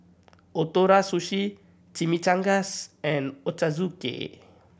Ootoro Sushi Chimichangas and Ochazuke